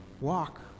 Walk